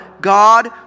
God